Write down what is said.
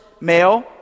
male